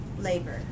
labor